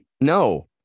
no